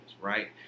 right